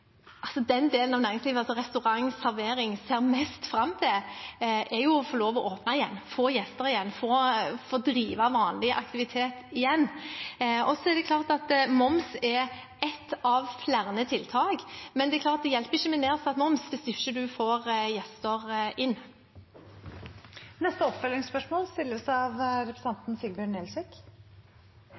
den delen av næringslivet – altså restaurant og servering – ser mest fram til, å få lov til å åpne igjen, få gjester igjen, få drive vanlig aktivitet igjen. Så er moms ett av flere tiltak, men det hjelper ikke med nedsatt moms hvis man ikke har gjester. Sigbjørn Gjelsvik – til oppfølgingsspørsmål. Luftfarten har vært hardt og langvarig rammet av